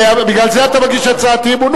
הרי בגלל זה אתה מגיש הצעת אי-אמון.